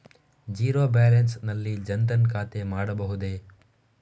Zero balance ನಲ್ಲಿ ಜನ್ ಧನ್ ಖಾತೆ ಮಾಡಬಹುದೇ?